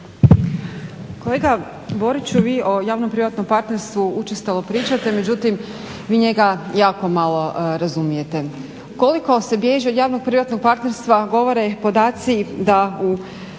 Kolega Boriću vi o javno privatnom partnerstvu učestalo pričate međutim vi njega jako malo razumijete. Koliko se bježi od javno privatnog partnerstva govore podaci da u